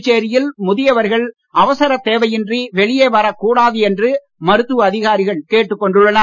புதுச்சேரியில் முதியவர்கள் அவசர தேவையின்றி வெளியே வரக்கூடாது என்று மருத்துவ அதிகாரிகள் கேட்டுக் கொண்டுள்ளனர்